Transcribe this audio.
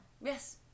Yes